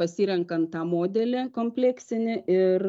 pasirenkant tą modelį kompleksinį ir